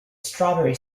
strawberry